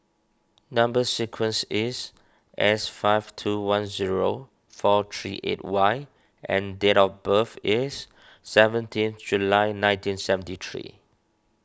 Number Sequence is S five two one zero four three eight Y and date of birth is seventeenth July nineteen seventy three